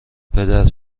پدر